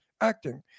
acting